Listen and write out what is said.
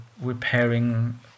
repairing